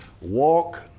walk